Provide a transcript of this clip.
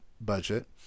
budget